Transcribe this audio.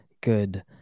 good